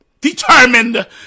determined